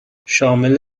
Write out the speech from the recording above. شامل